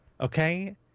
okay